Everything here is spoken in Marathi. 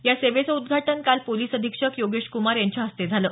या सेवेचं उद्घाटन काल पोलिस अधिक्षक योगेश कुमार यांच्या हस्ते झालं